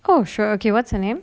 oh sure okay what's her name